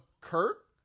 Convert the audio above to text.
Kurt